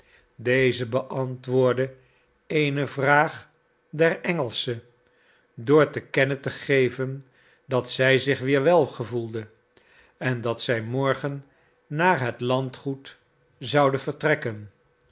deze beantwoordde eene vraag der engelsche door te kennen te geven dat zij zich weer wel gevoelde en dat zij morgen naar het landgoed zouden vertrekken